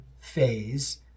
phase